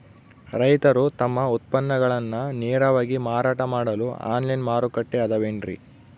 ರೈತರು ತಮ್ಮ ಉತ್ಪನ್ನಗಳನ್ನ ನೇರವಾಗಿ ಮಾರಾಟ ಮಾಡಲು ಆನ್ಲೈನ್ ಮಾರುಕಟ್ಟೆ ಅದವೇನ್ರಿ?